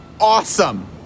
awesome